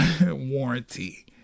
warranty